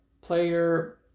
player